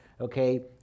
okay